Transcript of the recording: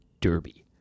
Derby